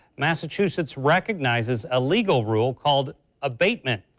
massachusetts' recognizes a legal rule called abatement.